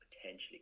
potentially